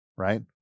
Right